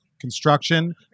Construction